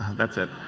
that's it.